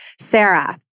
Sarah